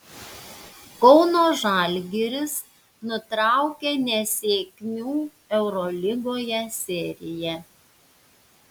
kauno žalgiris nutraukė nesėkmių eurolygoje seriją